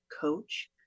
coach